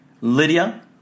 lydia